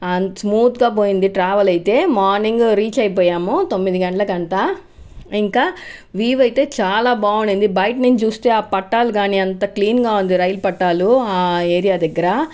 అంతా స్మూత్ గా పోయింది ట్రావెల్ అయితే మార్నింగ్ రీచ్ అయిపోయాము తొమ్మిది గంటలకు అంతా ఇంకా వ్యూ అయితే చాలా బాగుంది బయటనుంచి చూస్తే ఆ పట్టాలు గాని అంత క్లీన్ గా ఉంది రైలు పట్టాలు ఆ ఏరియా దగ్గర